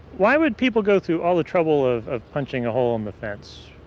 why would people go through all the trouble of ah punching a hole in the fence?